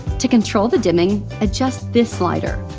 to control the dimming, adjust this slider.